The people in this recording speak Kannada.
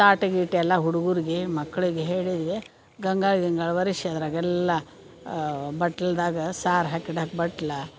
ತಾಟ್ ಗೀಟ್ ಎಲ್ಲ ಹುಡುಗರಿಗೆ ಮಕ್ಕಳಿಗೆ ಹೇಳಿದೆ ಗಂಗಾಳ್ ಗಿಂಗಾಳ್ ಒರೆಸಿ ಅದ್ರಾಗ ಎಲ್ಲ ಬಟ್ಳ್ದಾಗ ಸಾರು ಹಾಕಿಡಾಕ್ ಬಟ್ಲ